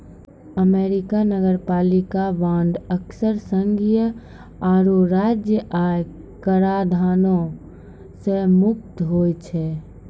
America नगरपालिका bond अक्सर संघीय आरो राज्य आय कराधानो से मुक्त होय छै